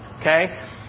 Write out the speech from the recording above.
Okay